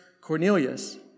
Cornelius